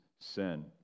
sin